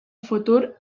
futur